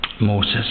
Moses